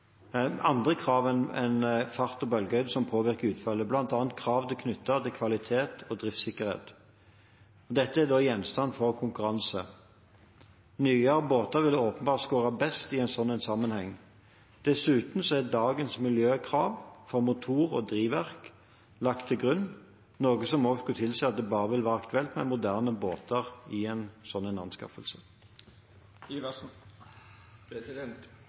krav knyttet til kvalitet og driftssikkerhet. Dette er gjenstand for konkurranse. Nyere båter vil åpenbart skåre best i en slik sammenheng. Dessuten er dagens miljøkrav for motor og drivverk lagt til grunn, noe som også skulle tilsi at det bare vil være aktuelt med moderne båter i en slik anskaffelse. Takk for svaret – det var en